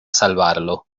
salvarlo